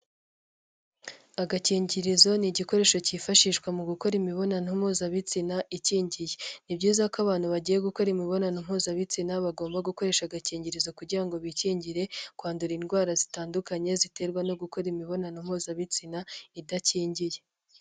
Agakingirizo ni igikoresho cyifashishwa mu gukora imibonano mpuzabitsina ikingiye. Ni byiza ko abantu bagiye gukora imibonano mpuzabitsina bagomba gukoresha agakingirizo kugira ngo bikingire kwandura indwara zitandukanye, ziterwa no gukora imibonano mpuzabitsina idakingiye.